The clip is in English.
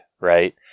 right